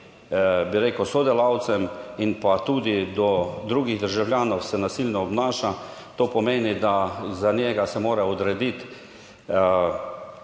bi rekel, sodelavcem in pa tudi do drugih državljanov se nasilno obnaša, to pomeni, da za njega se mora odrediti